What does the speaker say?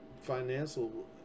financial